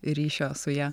ryšio su ja